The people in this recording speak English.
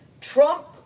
Trump